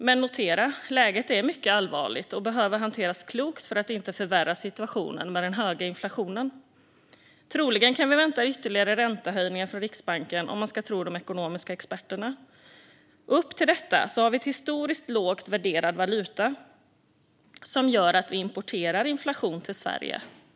Men notera att läget är mycket allvarligt och att det behöver hanteras klokt för att inte förvärra situationen med den höga inflationen! Om man ska tro de ekonomiska experterna kan vi vänta oss ytterligare räntehöjningar från Riksbanken. Dessutom har vi en historiskt lågt värderad valuta som gör att vi importerar inflation till Sverige.